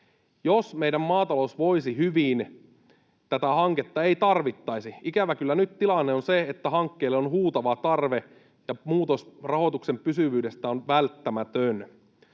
Jos meidän maatalous voisi hyvin, tätä hanketta ei tarvittaisi. Ikävä kyllä nyt tilanne on se, että hankkeelle on huutava tarve ja muutos rahoituksen pysyvyydestä on välttämätön.